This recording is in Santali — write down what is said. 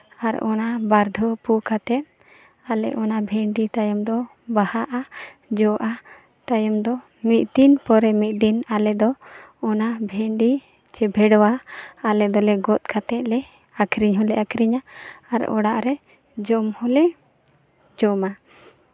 ᱟᱨ ᱚᱱᱟ ᱵᱟᱨ ᱫᱷᱟᱣ ᱯᱩ ᱠᱟᱛᱮᱫ ᱟᱞᱮ ᱚᱱᱟ ᱵᱷᱮᱱᱰᱤ ᱛᱟᱭᱚᱢ ᱫᱚ ᱵᱟᱦᱟᱜᱼᱟ ᱡᱚᱜᱼᱟ ᱛᱟᱭᱚᱢ ᱫᱚ ᱢᱤᱫ ᱫᱤᱱ ᱯᱚᱨᱮ ᱢᱤᱫ ᱫᱤᱱ ᱟᱞᱮ ᱫᱚ ᱚᱱᱟ ᱵᱷᱮᱱᱰᱤ ᱥᱮ ᱵᱷᱮᱰᱣᱟ ᱟᱞᱮ ᱫᱚᱞᱮ ᱜᱚᱫ ᱠᱟᱛᱮᱫ ᱞᱮ ᱟᱹᱠᱷᱨᱤᱧ ᱦᱚᱸᱞᱮ ᱟᱹᱠᱷᱨᱤᱧᱟ ᱟᱨ ᱚᱲᱟᱜ ᱨᱮ ᱡᱚᱢ ᱦᱚᱸᱞᱮ ᱡᱚᱢᱟ